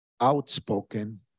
outspoken